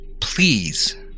please